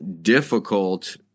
difficult